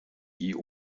die